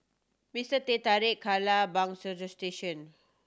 Mister Teh Tarik Kara Bagstationz